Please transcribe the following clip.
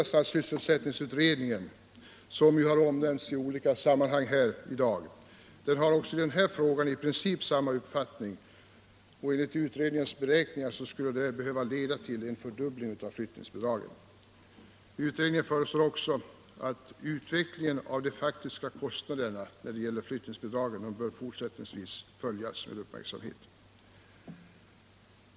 Sysselsättningsutredningen, som i dag har nämnts i olika sammanhang, har i den frågan i princip samma uppfattning, och enligt utredningens beräkningar skulle en täckning av de faktiska kostnaderna leda till en fördubbling av flyttningsbidragen. Utredningen föreslår därför att utvecklingen av de faktiska kostnaderna vid flyttning i fortsättningen bör följas med uppmärksamhet.